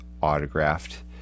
autographed